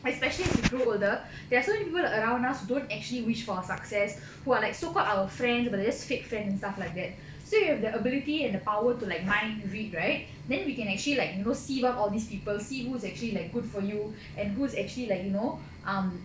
especially as you grow older there are so many people around us don't actually wish for our success who are like so called our friend but just fake friend and stuff like that so you have the ability and the power to like mind read right then we can actually like you know see what all these people see who's actually like good for you and who's actually like you know um